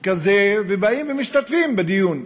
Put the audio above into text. כזה ובאים ומשתתפים בדיון.